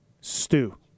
Stew